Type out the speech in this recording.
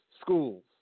schools